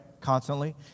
constantly